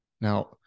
now